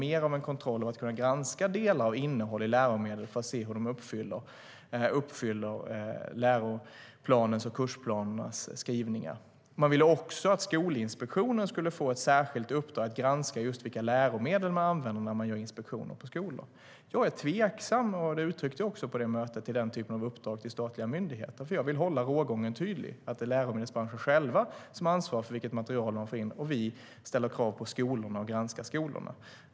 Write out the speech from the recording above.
Det handlade om att man skulle kunna granska delar och innehåll i läromedel för att se hur de uppfyller läroplanens och kursplanernas skrivningar. Man ville också att Skolinspektionen skulle få ett särskilt uppdrag att vid inspektioner på skolor granska vilka läromedel som används. Jag är tveksam - det uttryckte jag också på det mötet - till den typen av uppdrag till statliga myndigheter, för jag vill hålla rågången tydlig. Det är läromedelsbranschen själv som har ansvar för vilket material den för in, och vi ställer krav på skolorna och granskar skolorna.